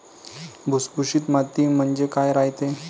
भुसभुशीत माती म्हणजे काय रायते?